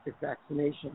vaccination